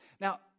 Now